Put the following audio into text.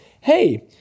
hey